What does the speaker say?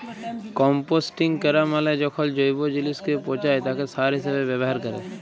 composting ক্যরা মালে যখল জৈব জিলিসকে পঁচায় তাকে সার হিসাবে ব্যাভার ক্যরে